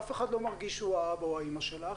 אף אחד לא מרגיש שהוא האבא או האימא שלך,